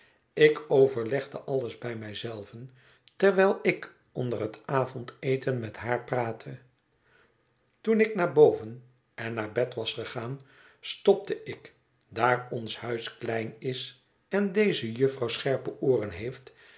ik overlegde alles bij mij zelven terwijl ik onder het avondeten met haar praatte toen ik naar boven en naar bed was gegaan stopte ik daar ons huis klein is en deze jufvrouw scherpe ooren heeft